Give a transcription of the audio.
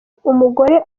umugore